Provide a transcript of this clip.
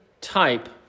type